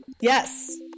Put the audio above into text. Yes